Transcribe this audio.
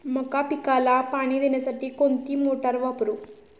मका पिकाला पाणी देण्यासाठी कोणती मोटार वापरू?